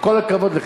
עם כל הכבוד לך,